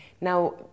Now